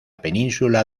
península